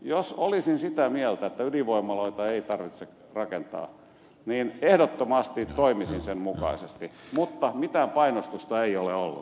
jos olisin sitä mieltä että ydinvoimaloita ei tarvitse rakentaa niin ehdottomasti toimisin sen mukaisesti mutta mitään painostusta ei ole ollut